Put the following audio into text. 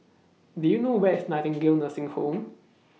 Do YOU know Where IS Nightingale Nursing Home